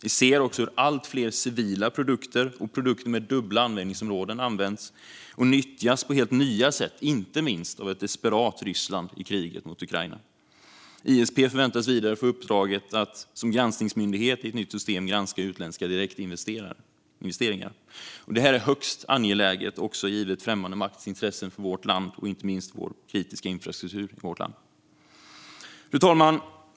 Vi ser också hur allt fler civila produkter och produkter med dubbla användningsområden nyttjas på helt nya sätt, inte minst av ett desperat Ryssland i kriget. ISP förväntas vidare få uppdraget att som granskningsmyndighet i ett nytt system granska utländska direktinvesteringar, vilket är högst angeläget givet främmande makts intressen för vårt land och inte minst vår samhällsviktiga infrastruktur. Fru talman!